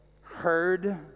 heard